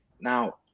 Now